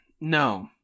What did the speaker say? No